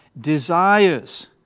desires